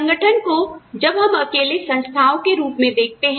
संगठन को जब हम अकेले संस्थाओं के रूप में देखते हैं